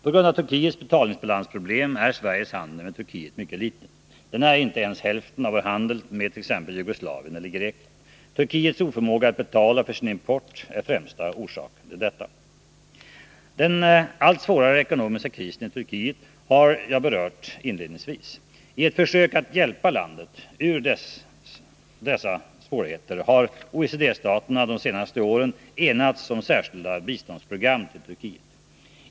På grund av Turkiets betalningsbalansproblem är Sveriges handel med Turkiet mycket liten; den är inte ens hälften av vår handel med t.ex. Jugoslavien eller Grekland. Turkiets oförmåga att betala för sin import är främsta orsaken till detta. Den allt svårare ekonomiska krisen i Turkiet har jag berört inledningsvis. I ett försök att hjälpa landet ur dessa svårigheter har OECD-staterna de senaste åren enats om särskilda biståndsprogram till Turkiet.